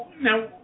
now